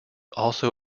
also